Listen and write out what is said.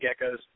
geckos